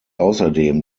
außerdem